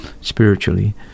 spiritually